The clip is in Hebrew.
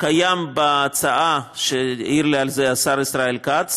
קיים בהצעה שהעיר לי עליה השר ישראל כץ,